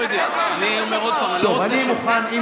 אני אומר עוד פעם: אני לא רוצה, טוב.